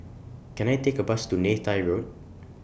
Can I Take A Bus to Neythai Road